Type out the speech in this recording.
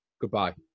Goodbye